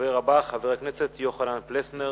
הדובר הבא, חבר הכנסת יוחנן פלסנר,